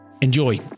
Enjoy